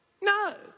No